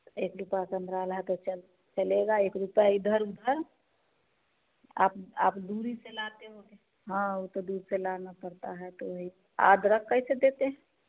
एक रुपये का अंतराल है तो चल चलेगा ही एक रुपये इधर उधर आप आप दूरी से लाते होंगे हाँ वो तो दूर से लाना पड़ता है तो वही अदरक कैसे देते हैं